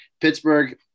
Pittsburgh